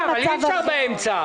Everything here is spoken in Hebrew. מה מצב הגירעון.